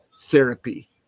therapy